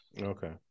Okay